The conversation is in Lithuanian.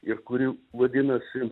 ir kuri vadinasi